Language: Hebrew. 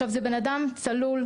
זה בן אדם צלול,